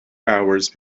hours